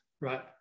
right